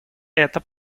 это